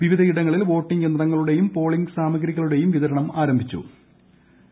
വിവിധയിടങ്ങളിൽ വോട്ടിങ് യന്ത്രങ്ങളുടെയും പോളിങ് സാമഗ്രികളുടെയും വിതരണം ആരംഭിച്ചു കഴിഞ്ഞു